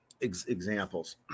examples